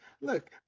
look